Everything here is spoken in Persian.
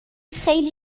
خیلی